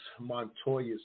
Montoya